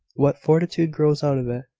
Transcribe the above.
what fortitude grows out of it!